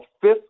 fifth